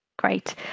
Great